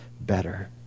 better